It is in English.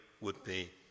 would-be